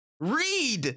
read